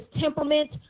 temperament